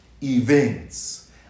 events